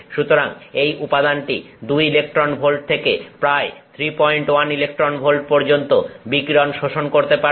সুতরাং এই উপাদানটি 2 ইলেকট্রন ভোল্ট থেকে প্রায় 31 ইলেকট্রন ভোল্ট পর্যন্ত বিকিরণ শোষণ করতে পারবে